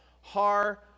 Har